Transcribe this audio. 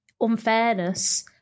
unfairness